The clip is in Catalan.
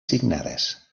signades